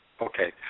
Okay